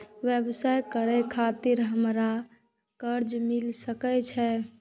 व्यवसाय करे खातिर हमरा कर्जा मिल सके छे?